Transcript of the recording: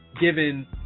given